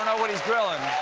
what he's grilling.